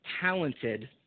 talented